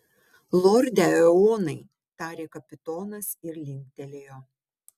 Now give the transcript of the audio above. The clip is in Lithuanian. lorde eonai tarė kapitonas ir linktelėjo